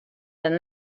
than